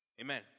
Amen